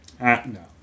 No